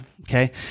okay